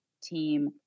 Team